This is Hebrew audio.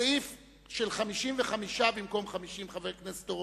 סעיף של 55 במקום 50 חברי כנסת,